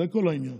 זה כל העניין,